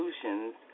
solutions